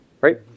right